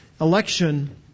Election